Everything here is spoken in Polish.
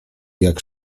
jak